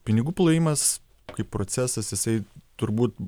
pinigų plovimas kaip procesas jisai turbūt